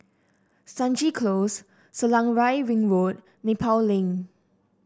Stangee Close Selarang Ring Road Nepal Link